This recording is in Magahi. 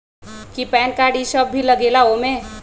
कि पैन कार्ड इ सब भी लगेगा वो में?